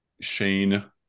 Shane